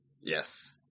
Yes